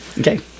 Okay